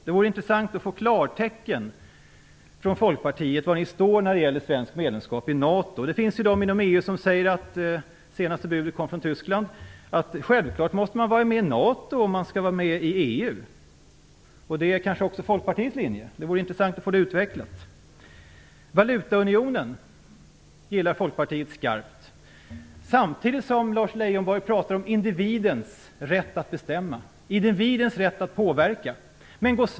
Det vore intressant att få besked från Folkpartiet om var ni står när det gäller ett svenskt medlemskap i NATO. Det finns ju de inom EU - senaste budet kom från Tyskland - som säger att man självklart måste vara med i NATO om man skall vara med i EU. Det är kanske också Folkpartiets linje. Det vore intressant att få det utvecklat. Valutaunionen gillar Folkpartiet skarpt. Samtidigt pratar Lars Leijonborg om individens rätt att bestämma, individens rätt att påverka.